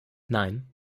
nein